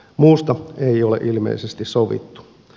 muusta ei ole ilmeisesti sovittu